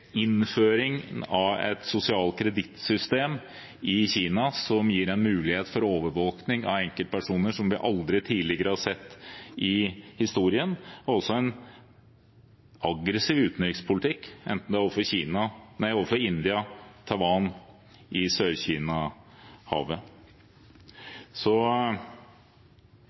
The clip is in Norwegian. et sosialt kredittsystem som gir en mulighet for overvåkning av enkeltpersoner som vi aldri tidligere i historien har sett. Det føres også en aggressiv utenrikspolitikk, enten det er overfor India eller overfor Taiwan i